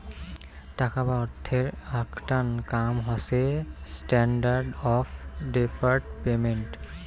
টাকা বা অর্থের আকটা কাম হসে স্ট্যান্ডার্ড অফ ডেফার্ড পেমেন্ট